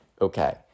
Okay